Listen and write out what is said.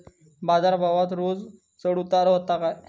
बाजार भावात रोज चढउतार व्हता काय?